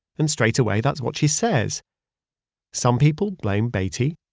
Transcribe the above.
and straight away, that's what she says some people blame beatty.